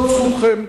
זאת זכותכם,